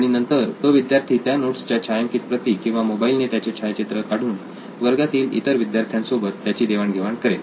आणि नंतर तो विद्यार्थी त्या नोट्स च्या छायांकित प्रती किंवा मोबाईल ने त्याचे छायाचित्र काढून वर्गातील इतर विद्यार्थ्यांसोबत त्याची देवाण घेवाण करेल